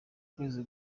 kwezi